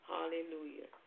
Hallelujah